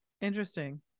interesting